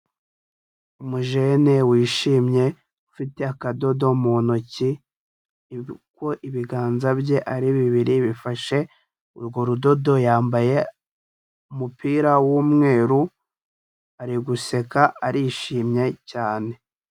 Umujene wishimye, ufite akadodo mu ntoki, uko ibiganza bye ari bibiri bifashe urwo rudodo. Yambaye umupira w'umweru; ari guseka, arishimye cyane.